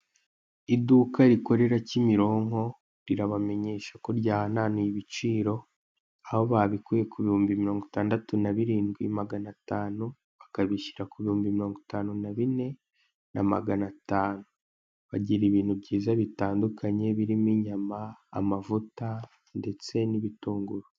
Iduka rikorera Kimironko rirabamenyesha ko bananuye ibiciro ako babikihuye ku buhumbi mirongo itandatu na bine na magana atanu bakabishyira ku bihumbi miringo itanu na bine na magana atanu, bagira ibintu byiza bitandukanye birimo inyama amvuta ndetse n'ibitunguru.